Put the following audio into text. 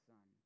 Son